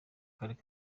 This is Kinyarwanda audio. karere